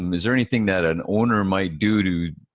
um is there anything that an owner might do to